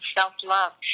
self-love